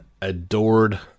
adored